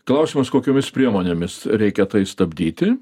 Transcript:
klausimas kokiomis priemonėmis reikia tai stabdyti